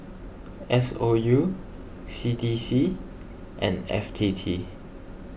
S O U C D C and F T T